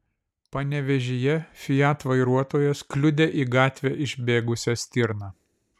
panevėžyje fiat vairuotojas kliudė į gatvę išbėgusią stirną